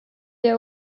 der